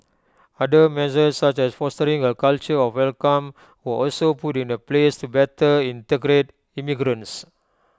other measures such as fostering A culture of welcome were also put in A place to better integrate immigrants